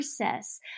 process